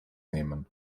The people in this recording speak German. nehmen